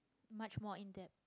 much more in depth